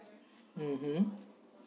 mmhmm